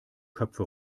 köpfe